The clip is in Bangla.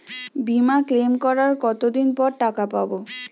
বিমা ক্লেম করার কতদিন পর টাকা পাব?